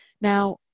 Now